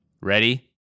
Ready